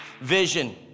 Vision